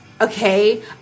Okay